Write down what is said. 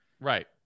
Right